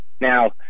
Now